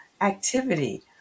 activity